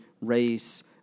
race